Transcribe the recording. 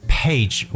page